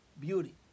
beauty